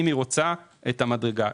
אם היא רוצה את המדרגה.